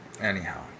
anyhow